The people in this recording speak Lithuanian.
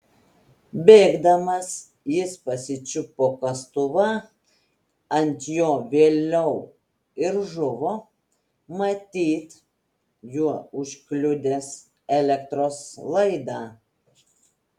bėgdamas jis pasičiupo kastuvą ant jo vėliau ir žuvo matyt juo užkliudęs elektros laidą